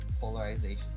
polarization